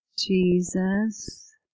Jesus